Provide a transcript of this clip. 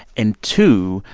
and two,